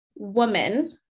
woman